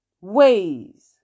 ways